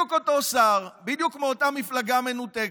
בדיוק אותו שר, בדיוק מאותה מפלגה מנותקת,